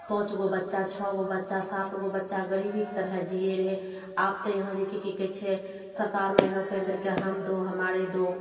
पाँच गो बच्चा छओ गो बच्चा सात गो बच्चा गरीबी कि तरह जियै रहय आब तऽ यहाँ जे कि कि कहय छै सरकार ने यहाँ करि देलकय हम दो हमारे दो